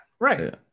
Right